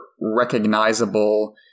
recognizable